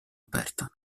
aperta